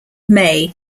may